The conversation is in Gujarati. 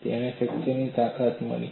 તેને ફ્રેક્ચરની તાકાત મળી